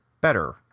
better